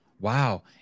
Wow